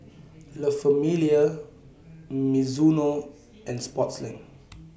La Famiglia Mizuno and Sportslink